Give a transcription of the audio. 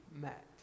met